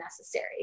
necessary